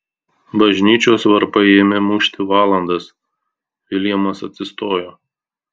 bažnyčios varpai ėmė mušti valandas viljamas atsistojo